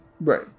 Right